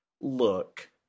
look